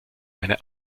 eine